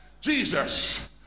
Jesus